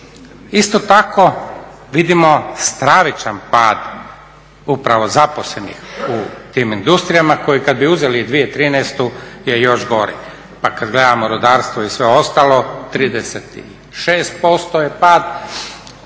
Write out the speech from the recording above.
Isto tako vidimo stravičan pad upravo zaposlenih u tim industrijama koji kad bi uzeli 2013. je još gori. Pa kad gledamo rudarstvo i sve ostalo 36% je pad,